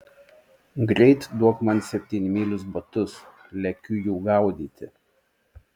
greit duok man septynmylius batus lekiu jų gaudyti